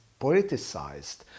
politicized